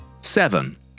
Seven